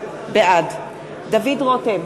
בעד דוד רותם,